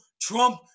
Trump